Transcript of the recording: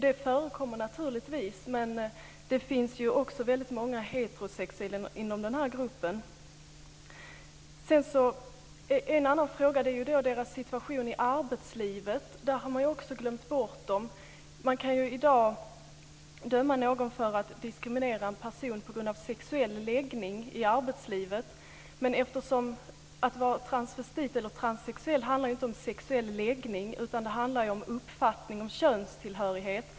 Det förekommer naturligtvis, men det finns ju också väldigt många heterosexuella inom den här gruppen. En annan fråga är de transsexuellas situation i arbetslivet. Där har de också glömts bort. Man kan i dag döma någon för att ha diskriminerat en person i arbetslivet på grund av sexuell läggning. Men att vara transvestit eller transsexuell handlar ju inte om sexuell läggning, utan det handlar om uppfattning om könstillhörighet.